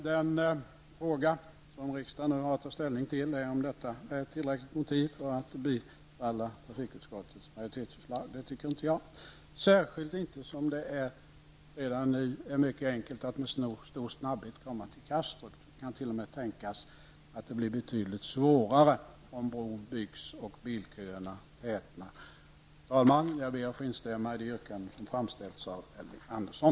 Den fråga som riksdagen nu har att ta ställning till är om detta är ett tillräckligt motiv för att bifalla trafikutskottets majoritetsförslag. Det tycker inte jag, särskilt inte som det redan nu är mycket enkelt att med stor snabbhet komma till Kastrup. Det kan t.o.m. tänkas att det blir betydligt svårare om bron byggs och bilköerna tätnar. Herr talman! Jag ber att få instämma i det yrkande som framställts av Elving Andersson.